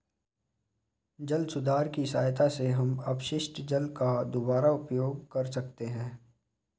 जल सुधार की सहायता से हम अपशिष्ट जल का दुबारा उपयोग कर सकते हैं